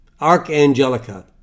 Archangelica